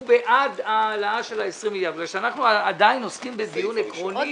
הוא בעד ההעלאה של 20 מיליארד בגלל שאנחנו עדין עוסקים בדיון עקרוני